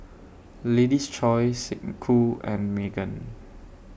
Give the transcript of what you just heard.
Lady's Choice Snek Ku and Megan